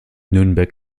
nürnberg